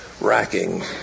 racking